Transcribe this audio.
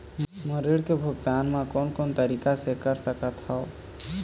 मोर ऋण के भुगतान म कोन कोन तरीका से कर सकत हव?